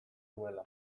nuela